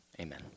Amen